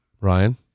Ryan